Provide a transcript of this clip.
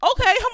Okay